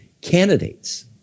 candidates